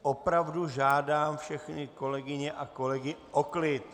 Opravdu žádám všechny kolegyně a kolegy o klid!